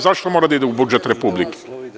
Zašto mora da ide u budžet Republike?